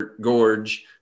gorge